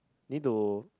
need to